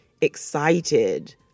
excited